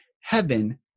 heaven